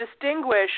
distinguish